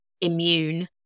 immune